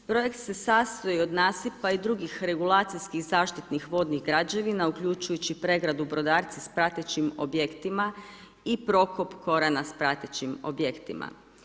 Projekt se sastoji od nasipa i drugih regulacijski zaštitnih vodnih građevina, uključujući pregradu … s pratećim objektima i pokop Korana s pratećim objektima.